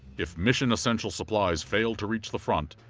if mission-essential supplies failed to reach the front,